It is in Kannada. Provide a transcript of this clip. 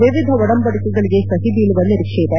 ವಿವಿಧ ಒಡಂಬಡಿಕೆಗಳಿಗೆ ಸಹಿ ಬೀಳುವ ನಿರೀಕ್ಷೆಯಿದೆ